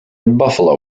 buffalo